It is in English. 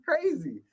crazy